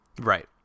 Right